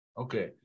Okay